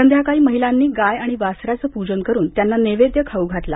संध्याकाळी महिलांनी गाय आणि वासराचं पूजन करून त्यांना नैवेद्य खाऊ घातला